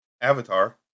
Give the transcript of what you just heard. avatar